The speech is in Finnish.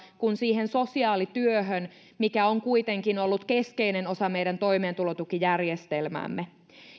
kuin siihen sosiaalityöhön mikä on kuitenkin ollut keskeinen osa meidän toimeentulotukijärjestelmäämme